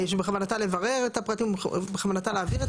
שבכוונתה לברר את הפרטים או בכוונתה להעביר את